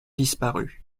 disparu